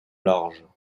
large